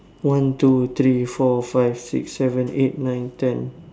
one two three four five six seven eight nine ten